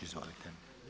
Izvolite.